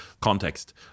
context